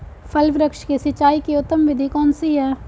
फल वृक्ष की सिंचाई की उत्तम विधि कौन सी है?